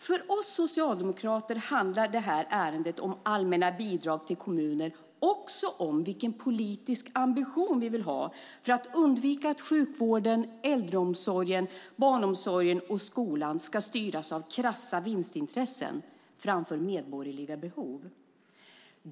För oss socialdemokrater handlar det här ärendet om allmänna bidrag till kommuner också om vilken politisk ambition vi vill ha för att undvika att sjukvården, äldreomsorgen, barnomsorgen och skolan ska styras av krassa vinstintressen framför medborgerliga behov.